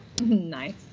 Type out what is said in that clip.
Nice